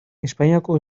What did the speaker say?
espainiako